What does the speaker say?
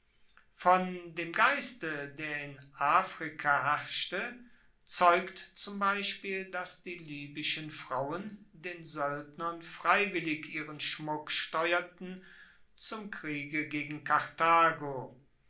von dem geiste der in afrika herrschte zeugt zum beispiel dass die libyschen frauen den soeldnern freiwillig ihren schmuck steuerten zum kriege gegen karthago